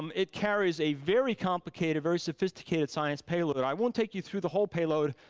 um it carries a very complicated, very sophisticated science payload. i won't take you through the whole payload,